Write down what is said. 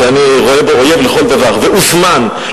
שדיברתי אתו ארוכות בעניין.